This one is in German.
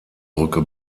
brücke